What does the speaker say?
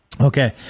okay